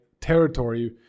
territory